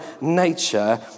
nature